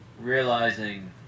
realizing